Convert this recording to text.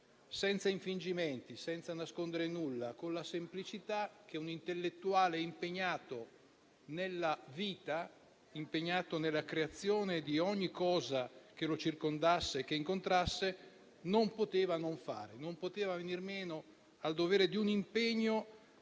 senza infingimenti, senza nascondere nulla, con la semplicità che un intellettuale impegnato nella vita e impegnato nella creazione di ogni cosa che lo circondasse e che incontrasse non poteva non avere. Non poteva venir meno al dovere di un impegno